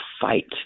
fight